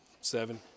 seven